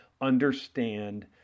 Understand